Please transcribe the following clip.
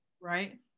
Right